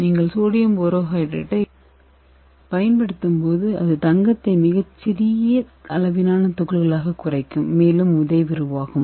நீங்கள் சோடியம் போரோஹைட்ரைடைப் பயன்படுத்தும்போது அது தங்கத்தை மிகச் சிறிய அளவிலான துகள்களாகக் குறைக்கும் மேலும் விதை உருவாகும்